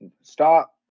stop